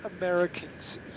Americans